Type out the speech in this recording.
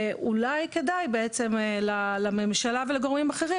ואולי כדאי בעצם לממשלה ולגורמים אחרים